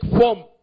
form